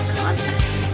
content